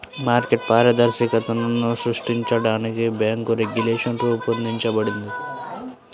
market పారదర్శకతను సృష్టించడానికి bank regulation రూపొందించబడింది